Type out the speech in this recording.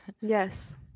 Yes